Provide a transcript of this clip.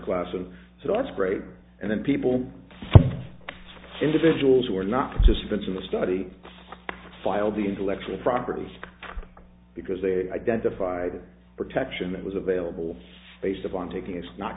and so that's great and then people individuals who are not participants in the study filed the intellectual property because they identified protection that was available based upon taking it's not